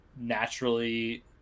naturally